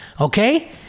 okay